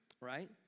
right